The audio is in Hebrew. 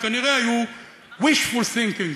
שכנראה היו wishful thinking.